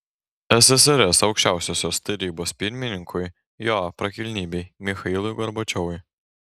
ssrs aukščiausiosios tarybos pirmininkui jo prakilnybei michailui gorbačiovui